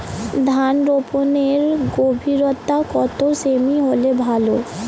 ধান রোপনের গভীরতা কত সেমি হলে ভালো?